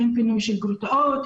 אין פינוי של גרוטאות,